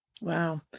wow